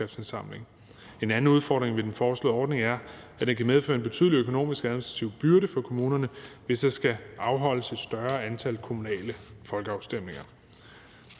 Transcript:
En anden udfordring ved den foreslåede ordning er, at den kan medføre en betydelig økonomisk og administrativ byrde for kommunerne, hvis der skal afholdes et større antal kommunale folkeafstemninger.